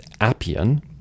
Appian